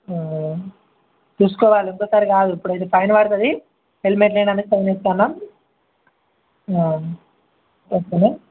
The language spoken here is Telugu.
చూసుకోవాలి ఒక్కసారి కాదు ఇప్పుడైతే ఫైన్ పడుతుంది హెల్మెట్ లేదని ఫైన్ వేస్తున్నా ఓకే